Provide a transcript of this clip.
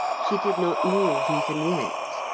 she did not move even yet.